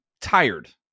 tired